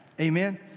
amen